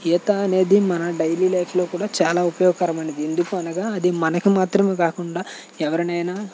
ఈత అనేది మన డైలీ లైఫ్లో కూడా చాలా ఉపయోగకరమైనది ఎందుకు అనగా అది మనకి మాత్రమే కాకుండా ఎవరినైనా